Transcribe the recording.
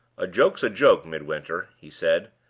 a joke's a joke, midwinter, he said,